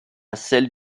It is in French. celles